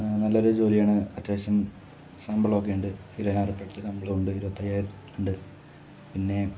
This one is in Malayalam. നല്ലൊരു ജോലിയാണ് അത്യാവശ്യം ശമ്പളോക്കേണ്ട് സ്ഥിരപ്പെടുത്തിയ ശമ്പളം ഉണ്ട് ഇരുപത്തയ്യായിരം ഉണ്ട് പിന്നെ